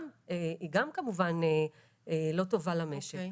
גם חוסר הוודאות הזאת כמובן לא טובה למשק.